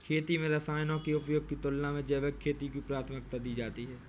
खेती में रसायनों के उपयोग की तुलना में जैविक खेती को प्राथमिकता दी जाती है